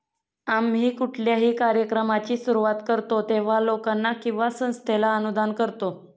आम्ही कुठल्याही कार्यक्रमाची सुरुवात करतो तेव्हा, लोकांना किंवा संस्थेला अनुदान करतो